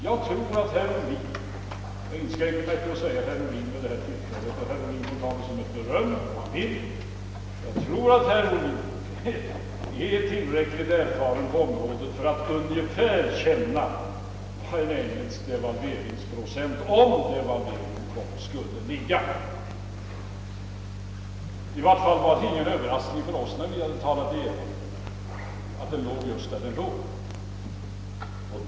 Jag tror att herr Ohlin — jag inskränker mig till att säga herr Ohlin vid detta tillfälle, och herr Ohlin får ta det som beröm om han vill är tillräckligt erfaren på detta område för att ungefär känna var en engelsk devalveringsprocent skulle ligga — om devalveringen kom. I varje fall blev det ingen överraskning för oss att den låg just där den låg.